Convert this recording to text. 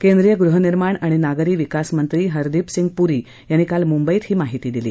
केंद्रीय गृहनिर्माण आणि नागरी विकास मंत्री हरदीप सिंग प्री यांनी काल मुंबईत ही माहिती दिली